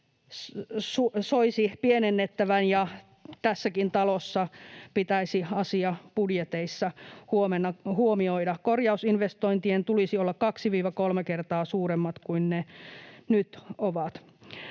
soisi pienennettävän, tässäkin talossa pitäisi asia budjeteissa huomenna huomioida. Korjausinvestointien tulisi olla 2–3 kertaa suuremmat kuin ne nyt ovat.